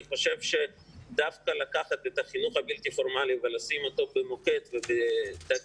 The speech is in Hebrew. אני חושב שדווקא לקחת את החינוך הבלתי פורמלי ולשים אותו במוקד ובדגש,